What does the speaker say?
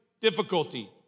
difficulty